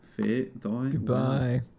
Goodbye